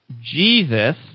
Jesus